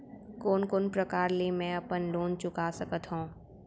कोन कोन प्रकार ले मैं अपन लोन चुका सकत हँव?